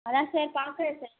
அதான் சார் பார்க்குறேன் சார்